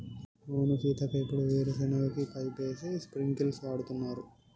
అవును సీతక్క ఇప్పుడు వీరు సెనగ కి పైపేసి స్ప్రింకిల్స్ వాడుతున్నారు